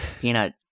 Peanut